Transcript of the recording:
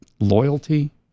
loyalty